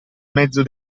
mezzo